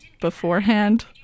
beforehand